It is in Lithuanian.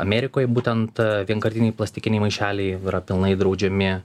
amerikoj būtent vienkartiniai plastikiniai maišeliai yra pilnai draudžiami